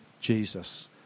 Jesus